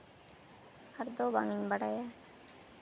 ᱟᱨ ᱫᱚ ᱵᱟᱝ ᱤᱧ ᱵᱟᱲᱟᱭᱟ